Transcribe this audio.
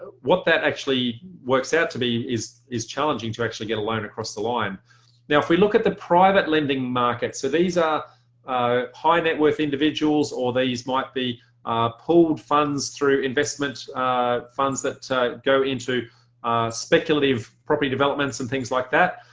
what that actually works out to be is is challenging to actually get a loan across line now if we look at the private lending market. so these are high net worth individuals or these might be pulled funds through investment ah funds that go into speculative property developments and things like that.